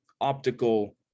optical